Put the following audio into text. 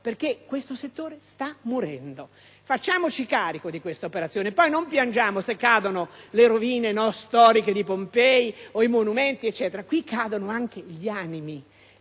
perché questo settore sta morendo. Facciamoci carico di tale operazione, altrimenti poi non piangiamo se cadono le rovine storiche di Pompei o i monumenti. Qui cadono anche gli animi,